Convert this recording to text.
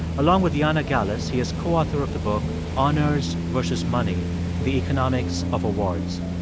along with jana gallus, he is co-author of the book honours versus money the economics of awards.